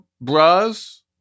bras